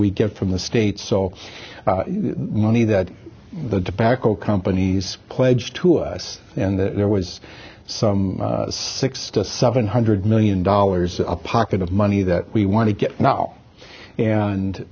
we get from the states so money that the debacle companies pledged to us and there was some six to seven hundred million dollars a pocket of money that we want to get now